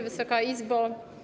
Wysoka Izbo!